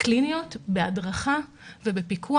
קליניות בהדרכה ובפיקוח.